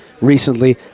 recently